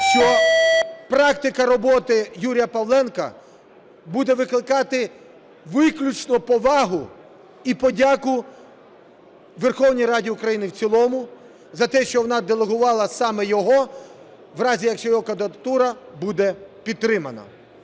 що практика роботи Юрія Павленка буде викликати виключно повагу і подяку у Верховній Раді України в цілому за те, що вона делегувала саме його, в разі якщо його кандидатура буде підтримана.